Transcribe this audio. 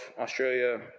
Australia